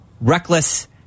reckless